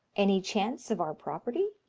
any chance of our property?